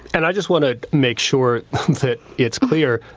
and i just want to make sure that it's clear,